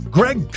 Greg